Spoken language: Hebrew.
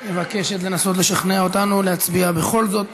מבקשת לנסות לשכנע אותנו להצביע בכל זאת